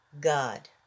God